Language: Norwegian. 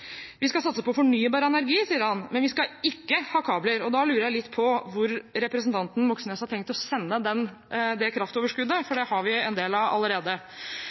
Vi skal satse på fornybar energi, sier han, men vi skal ikke ha kabler. Da lurer jeg litt på hvor representanten Moxnes har tenkt å sende kraftoverskuddet, for det har vi en del av allerede.